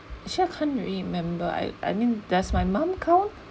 actually I can't remember I I mean does my mum count